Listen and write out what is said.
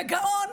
בגאון.